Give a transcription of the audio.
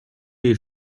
les